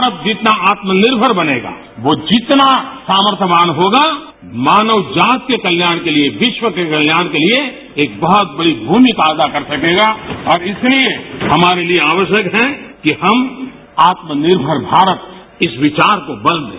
भारत जितना आत्मनिर्मर बनेगा वो जितना साम्थ्यवान होगा मानव जाति के कल्याण के लिये विश्व के कल्याण के लिये एक बहत बड़ी भूमिका अदा कर सकेगा और इसलिये हमारे लिये आवश्यक है कि हम आत्मनिर्मर भारत इस विचार को बल दें